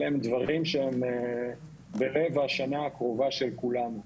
אלה הם דברים שהם בלב השנה הקרובה של כולנו.